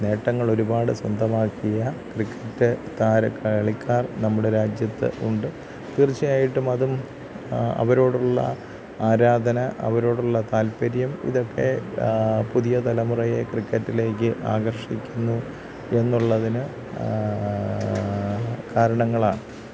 നേട്ടങ്ങൾ ഒരുപാട് സ്വന്തമാക്കിയ ക്രിക്കറ്റ് താര കളിക്കാർ നമ്മുടെ രാജ്യത്ത് ഉണ്ട് തീർച്ചയായിട്ടും അതും അവരോടുള്ള ആരാധന അവരോടുള്ള താല്പര്യം ഇതൊക്കെ പുതിയ തലമുറയെ ക്രിക്കറ്റിലേക്ക് ആകർഷിക്കുന്നു എന്നുള്ളതിന് കാരണങ്ങളാണ്